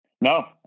No